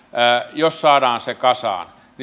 jos saadaan se kasaan